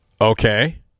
Okay